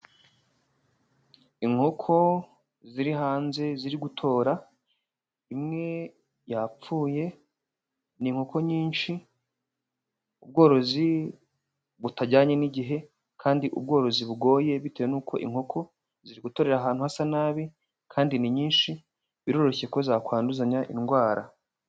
Inkoko ziri hanze ziri gutora imwe yapfuye, ni inkoko nyinshi, ubworozi butajyanye n'igihe kandi ubworozi bugoye bitewe n'uko inkoko ziri gutorera ahantu hasa nabi kandi ni nyinshi, biroroshye ko zakwanduzanya indwara.